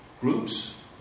groups